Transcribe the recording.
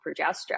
progesterone